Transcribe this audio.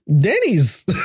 Denny's